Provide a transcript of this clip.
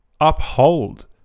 uphold